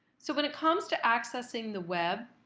so when it comes to accessing the web,